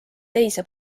teise